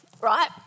right